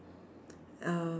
uh